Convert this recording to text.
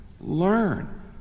Learn